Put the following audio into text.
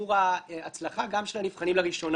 בשיעור ההצלחה גם של הנבחנים לראשונה.